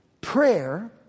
prayer